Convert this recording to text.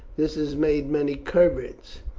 this has made many converts,